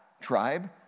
tribe